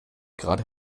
gerade